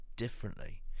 Differently